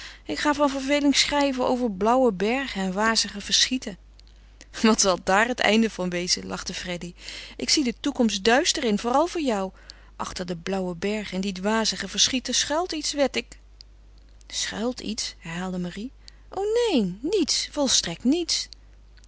ik ga van verveling schrijven over blauwe bergen en wazige verschieten wat zal daar het einde van wezen lachte freddy ik zie de toekomst duister in vooral voor jou achter de blauwe bergen en die wazige verschieten schuilt iets wed ik schuilt iets herhaalde marie o neen niets volstrekt niets